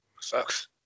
Sucks